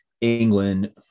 England